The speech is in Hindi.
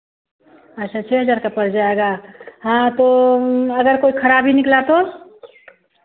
अच्छा छः हजार का पड़ जाएगा हाँ तो अगर कोई खराबी निकला तो